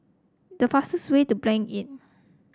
the fastest way to Blanc Inn